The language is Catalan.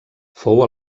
fou